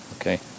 Okay